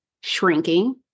shrinking